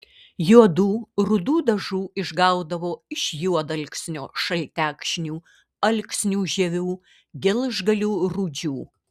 juodų rudų dažų išgaudavo iš juodalksnio šaltekšnių alksnių žievių gelžgalių rūdžių